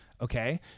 Okay